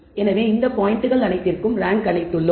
எனவே இந்த பாயிண்ட்கள் அனைத்திற்கும் ரேங்க் அளித்துள்ளோம்